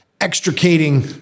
extricating